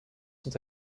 sont